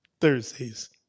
Thursday's